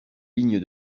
lignes